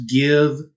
give